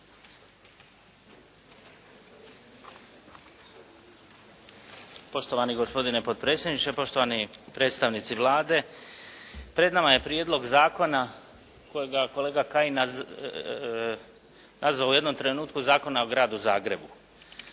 Poštovani gospodine potpredsjedniče, poštovani predstavnici Vlade. Pred nama je prijedlog zakona kojega kolega Kajin nazvao u jednom trenutku Zakona o Gradu Zagrebu.